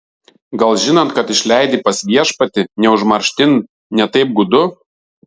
gal žinant kad išleidi pas viešpatį ne užmarštin ne taip gūdu